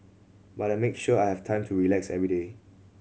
but I make sure I have time to relax every day